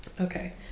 Okay